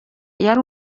yari